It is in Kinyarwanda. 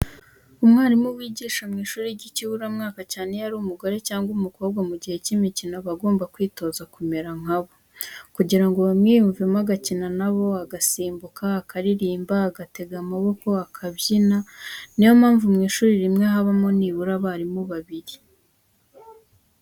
Umwarimu wigisha mu ishuri ry'ikiburamwaka, cyane iyo ari umugore cyangwa umukobwa, mu gihe cy'imikino agomba kwitoza kumera nka bo, kugira ngo bamwiyumvemo, agakina na bo, agasimbuka, akaririmba, agatega amaboko akabyina, ni yo mpamvu mu ishuri rimwe habamo nibura abarimu babiri.